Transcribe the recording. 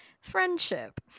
friendship